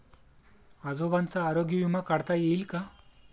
आजोबांचा आरोग्य विमा काढता येईल का?